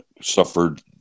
suffered